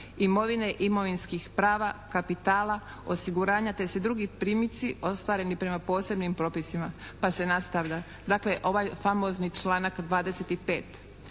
imovine, imovinskih prava, kapitala, osiguranja te svi drugi primitci ostvareni prema posebnim propisima, pa se nastavlja dakle ovaj famozni članak 25.